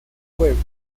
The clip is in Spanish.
pueblos